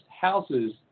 houses